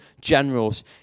generals